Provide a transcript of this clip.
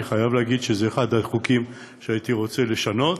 אני חייב להגיד שזה אחד החוקים שהייתי רוצה לשנות,